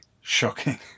shocking